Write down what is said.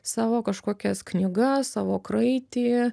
savo kažkokias knygas savo kraitį